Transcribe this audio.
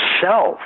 self